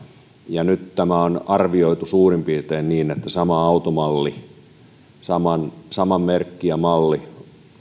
ja nyt tämä on arvioitu suurin piirtein niin että sama automalli sama merkki ja malli